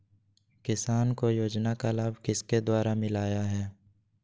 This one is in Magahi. किसान को योजना का लाभ किसके द्वारा मिलाया है?